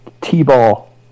T-ball